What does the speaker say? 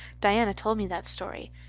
diana told me that story.